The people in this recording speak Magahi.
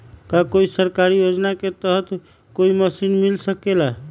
का कोई सरकारी योजना के तहत कोई मशीन मिल सकेला?